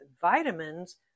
vitamins